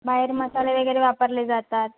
बाहेर मसाले वगैरे वापरले जातात